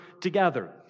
together